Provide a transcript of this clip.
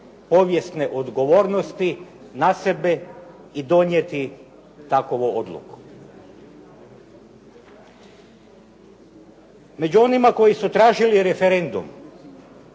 povijesne odgovornosti na sebe i donijeti takvu odluku. Među onima koji su tražili referendum